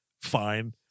fine